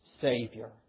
Savior